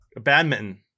Badminton